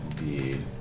indeed